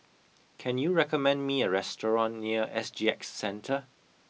can you recommend me a restaurant near S G X Centre